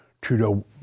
Trudeau